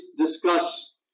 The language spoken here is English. discuss